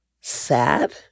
sad